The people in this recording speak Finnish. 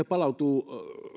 palautuu